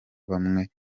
bamwe